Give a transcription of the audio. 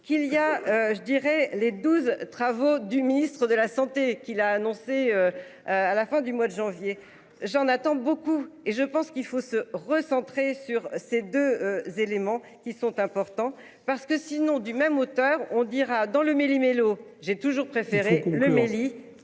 qu'il y a je dirais les 12 travaux du ministre de la Santé qui l'a annoncé. À la fin du mois de janvier j'en attends beaucoup et je pense qu'il faut se recentrer sur ces 2 éléments qui sont importants parce que sinon du même auteur, on dira dans le méli-mélo. J'ai toujours préféré le Mali